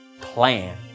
plan